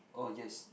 oh yes